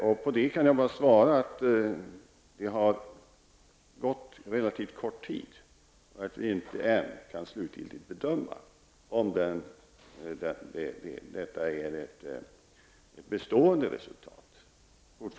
På Berndt Ekholms fråga kan jag svara att det gått relativt kort tid och att vi inte än kan slutgiltigt bedöma om detta är ett bestående resultat.